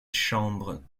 chambres